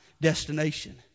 destination